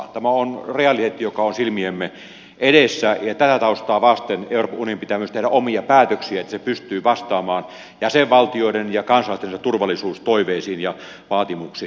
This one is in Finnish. tämä on realiteetti joka on silmiemme edessä ja tätä taustaa vasten euroopan unionin pitää myös tehdä omia päätöksiä että se pystyy vastaamaan jäsenvaltioiden ja kansalaistensa turvallisuustoiveisiin ja vaatimuksiin